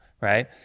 right